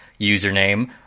username